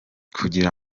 kugira